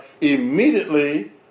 immediately